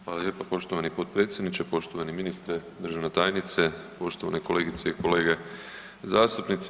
Hvala lijepa, poštovani potpredsjedniče, poštovani ministre, državna tajnice, poštovane kolegice i kolege zastupnici.